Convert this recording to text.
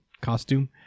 costume